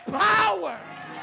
power